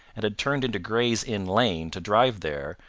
and had turned into gray's inn lane to drive there,